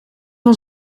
van